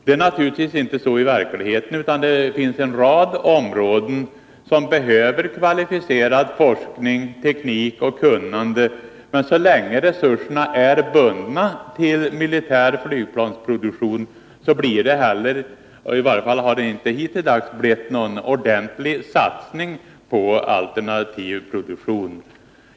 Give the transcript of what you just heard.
Det är naturligtvis inte så i verkligheten, utan det finns en rad områden där det behövs kvalificerad forskning, teknik och kunnande — men så länge resurserna är bundna till militär flygplansproduktion blir det inte någon ordentlig satsning på alternativ produktion — i varje fall har det inte blivit det hittilldags.